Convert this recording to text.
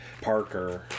Parker